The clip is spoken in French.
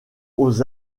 aux